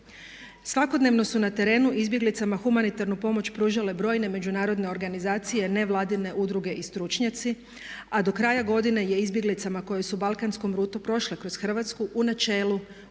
Svakodnevno su na terenu izbjeglicama humanitarnu pomoć pružale brojne međunarodne organizacije, nevladine udruge i stručnjaci, a do kraja godine je izbjeglicama koje su balkanskom rutom prošle kroz Hrvatsku u načelu